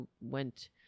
went